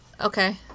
okay